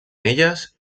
elles